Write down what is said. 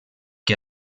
que